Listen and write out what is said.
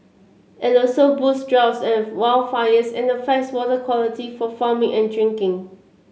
it also boosts droughts and wildfires and affects water quality for farming and drinking